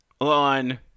on